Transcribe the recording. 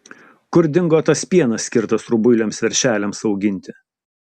kur dingo tas pienas skirtas rubuiliams veršeliams auginti